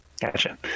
Gotcha